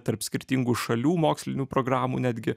tarp skirtingų šalių mokslinių programų netgi